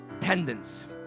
tendons